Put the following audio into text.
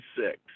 six